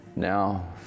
Now